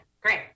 great